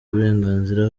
uburenganzira